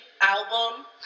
album